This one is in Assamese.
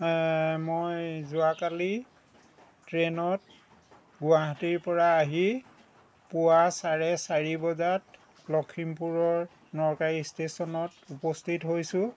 মই যোৱাকালি ট্ৰেনত গুৱাহাটীৰ পৰা আহি পুৱা চাৰে চাৰি বজাত লখিমপুৰৰ নকাৰী ষ্টেচনত উপস্থিত হৈছোঁ